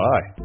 Bye